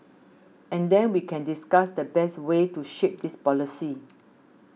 and then we can discuss the best way to shape this policy